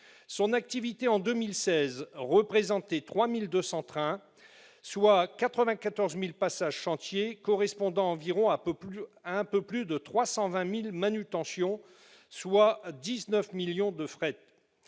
Son activité en 2016 représentait 3 200 trains et 94 000 passages chantiers correspondant à un peu plus de 320 000 manutentions, pour un total de 19 millions de tonnes